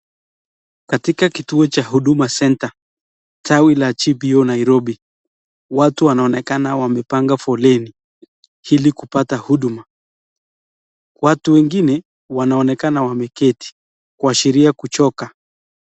Katika kituo cha huduma [vs]center ,tawi la GBO nairobi watu wanaonekana wamepanga foleni, ili kupata huduma. Watu wengine wanaonekana wameketi kwa ajili ya kuchoka.